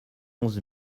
onze